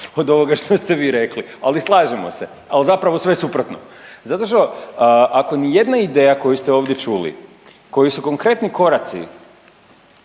od ovoga što ste vi rekli, ali slažemo se, ali zapravo sve suprotno. Zato što ako nijedna ideja koju ste ovdje čuli koji su konkretni koraci